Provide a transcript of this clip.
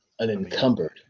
Unencumbered